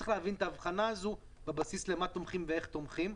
צריך להבין את האבחנה הזאת בבסיס למה תומכים ואיך תומכים.